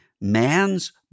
man's